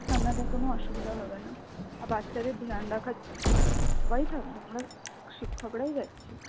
আপনাদের কোনো অসুবিধা হবে না বাচ্চাদের ধ্যান রাখার জন্য সবাই থাকবো আমরা শিক্ষকরাই যাচ্ছি